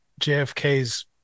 JFK's